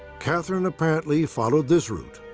katherine apparently followed this route.